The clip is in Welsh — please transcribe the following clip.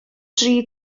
dri